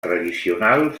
tradicional